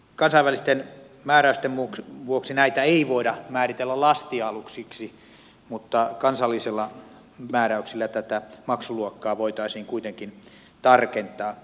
kansainvälisten määräysten vuoksi näitä ei voida määritellä lastialuksiksi mutta kansallisilla määräyksillä tätä maksuluokkaa voitaisiin kuitenkin tarkentaa